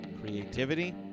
creativity